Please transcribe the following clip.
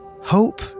Hope